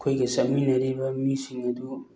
ꯑꯩꯈꯣꯏꯒ ꯆꯠꯃꯤꯟꯅꯔꯤꯕ ꯃꯤꯁꯤꯡ ꯑꯗꯨ